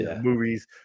movies